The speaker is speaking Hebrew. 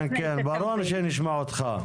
כן, ברור שנשמע אותך.